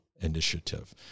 Initiative